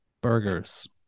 burgers